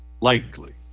Likely